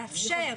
צריך לאפשר.